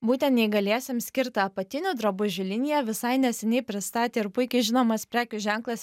būten neįgaliesiem skirtą apatinių drabužių liniją visai neseniai pristatė ir puikiai žinomas prekių ženklas